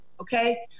okay